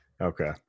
Okay